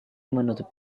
menutup